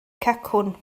cacwn